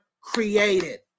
created